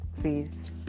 please